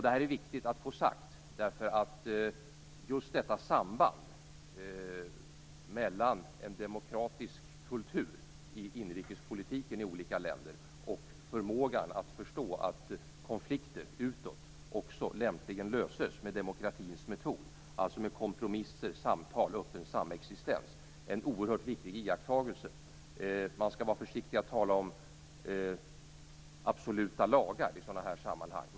Det är viktigt att få sagt detta. Det är oerhört viktigt att iaktta just detta samband mellan en demokratisk kultur i inrikespolitiken i olika länder och förmågan att förstå att konflikter utåt också lämpligen löses med demokratins metod, alltså med kompromisser, samtal och öppen samexistens. Man skall vara försiktig med att tala om absoluta lagar i sådana här sammanhang.